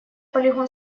полигон